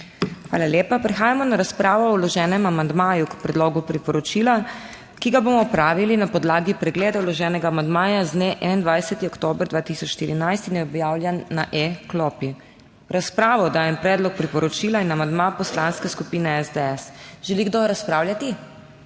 Hvala lepa. Prehajamo na razpravo o vloženem amandmaju k predlogu priporočila, ki jo bomo opravili na podlagi pregleda vloženega amandmaja z dne 21. oktobra 2024 in je objavljen na e-klopi. V razpravo dajem predlog priporočila in amandma Poslanske skupine SDS. Želi kdo razpravljati?